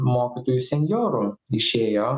mokytojų senjorų išėjo